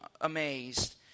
amazed